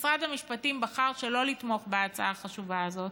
משרד המשפטים בחר שלא לתמוך בהצעה החשובה הזאת,